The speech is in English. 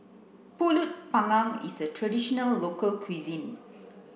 pulut panggang is a traditional local cuisine